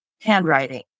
handwriting